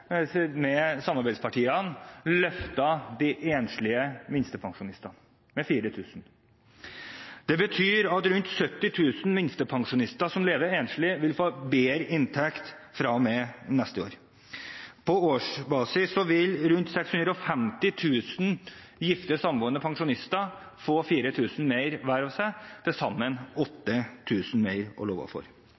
samarbeidspartiene løftet de enslige minstepensjonistene med 4 000 kr. Det betyr at rundt 70 000 minstepensjonister som lever enslig, vil få bedre inntekt fra og med neste år. På årsbasis vil rundt 650 000 gifte og samboende pensjonister få 4 000 kr mer hver, til sammen 8 000 kr mer å leve for.